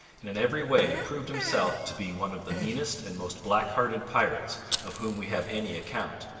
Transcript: and in every way proved himself to be one of the meanest and most black-hearted pirates of whom we have any account.